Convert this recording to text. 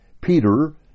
Peter